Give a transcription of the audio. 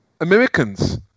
Americans